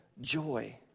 joy